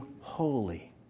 holy